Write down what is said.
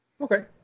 Okay